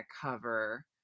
cover